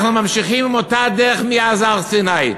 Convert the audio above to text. אנחנו ממשיכים עם אותה הדרך מאז הר-סיני.